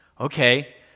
Okay